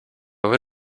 would